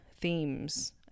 themes